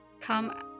come